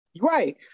Right